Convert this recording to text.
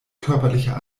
körperlicher